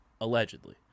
allegedly